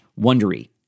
Wondery